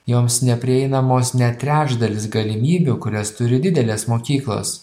joms neprieinamos net trečdalis galimybių kurias turi didelės mokyklos